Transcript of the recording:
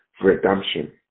redemption